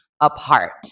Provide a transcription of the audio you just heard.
apart